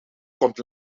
komt